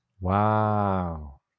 Wow